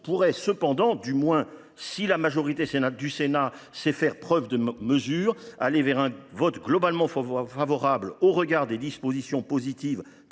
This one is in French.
pourrait cependant, si la majorité du Sénat sait faire preuve de mesure, s’orienter vers un vote globalement favorable, au regard des dispositions positives